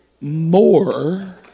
more